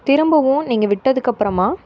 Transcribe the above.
திரும்பவும் நீங்கள் விட்டதுக்கப்புறமாக